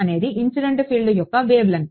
అనేది incident field యొక్క wave length